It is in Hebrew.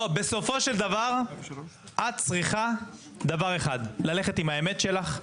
בסופו של דבר את צריכה דבר אחד, ללכת עם האמת שלך.